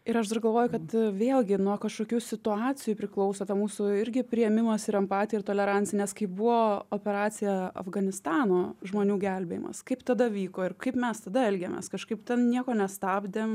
ir aš dar galvoju kad vėlgi nuo kažkokių situacijų priklauso va mūsų irgi priėmimas ir empatija tolerancija nes kai buvo operacija afganistano žmonių gelbėjimas kaip tada vyko ir kaip mes tada elgėmės kažkaip ten nieko nestabdėm